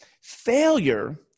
Failure